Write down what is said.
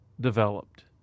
developed